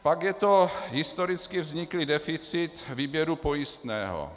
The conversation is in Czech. Pak je to historicky vzniklý deficit výběru pojistného.